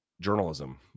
journalism